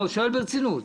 שואל ברצינות.